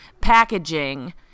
packaging